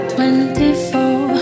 Twenty-four